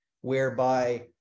whereby